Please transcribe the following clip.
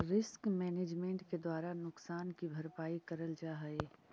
risk management के द्वारा नुकसान की भरपाई करल जा हई